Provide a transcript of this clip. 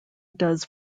does